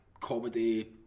comedy